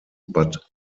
but